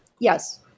Yes